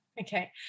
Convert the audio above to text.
Okay